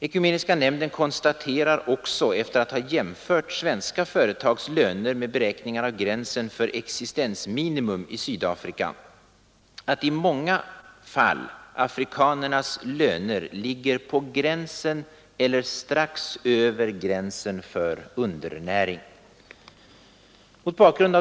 Ekumeniska nämnden konstaterar också efter att ha jämfört svenska företags löner med beräkningar av gränsen för existensminimum i Sydafrika att i många fall afrikanernas löner ligger på gränsen eller strax över gränsen för undernäring.